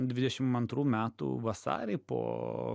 dvidešim antrų metų vasarį po